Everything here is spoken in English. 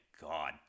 God